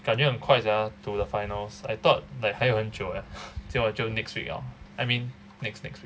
感觉很快 sia to the finals I thought like 还有很久 leh 就 next week 了 I mean next next week